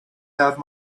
have